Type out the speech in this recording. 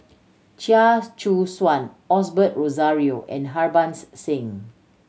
Chia Choo Suan Osbert Rozario and Harbans Singh